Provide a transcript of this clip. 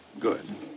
good